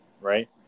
right